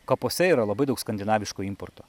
kapuose yra labai daug skandinaviško importo